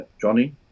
Johnny